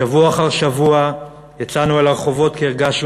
שבוע אחר שבוע יצאנו לרחובות כי הרגשנו